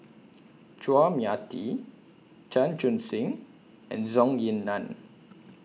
Chua Mia Tee Chan Chun Sing and Zhou Ying NAN